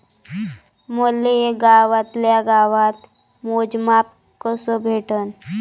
मले गावातल्या गावात मोजमाप कस भेटन?